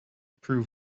prove